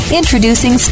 Introducing